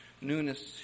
Newness